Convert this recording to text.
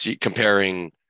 comparing